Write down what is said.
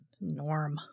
norm